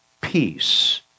peace